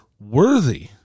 worthy